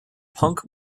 punk